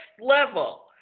level